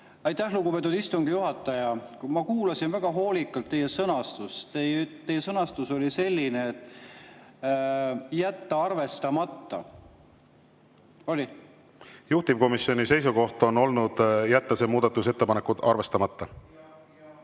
Aitäh, lugupeetud istungi juhataja! Ma kuulasin väga hoolikalt teie sõnastust, teie sõnastus oli selline, et jätta arvestamata. Oli? Juhtivkomisjoni seisukoht on olnud jätta see muudatusettepanek arvestamata. (Kalle